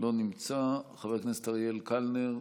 לא נמצא, חבר הכנסת אריאל קלנר,